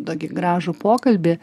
tokį gražų pokalbį